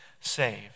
saved